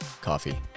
coffee